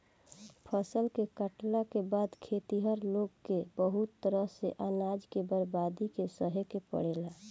फसल के काटला के बाद खेतिहर लोग के बहुत तरह से अनाज के बर्बादी के सहे के पड़ेला